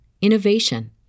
innovation